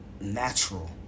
natural